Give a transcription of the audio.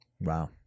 Wow